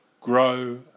grow